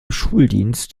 schuldienst